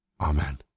Amen